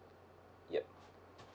yup